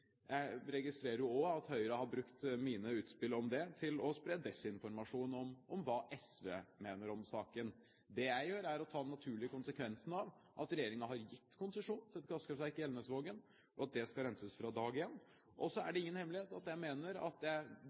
jeg registrerer jo også at Høyre har brukt mine utspill om det til å spre desinformasjon om hva SV mener om saken. Det jeg gjør, er å ta den naturlige konsekvensen av at regjeringen har gitt konsesjon til et gasskraftverk i Elnesvågen, og at det skal renses fra dag én. Og så er det ingen hemmelighet at jeg mener at